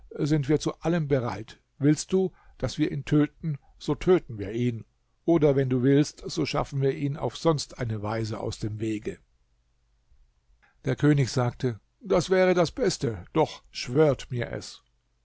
sind wir zu allem bereit willst du daß wir ihn töten so töten wir ihn oder wenn du willst so schaffen wir ihn auf sonst eine weise aus dem wege der könig sagte das wäre das beste doch schwört mir es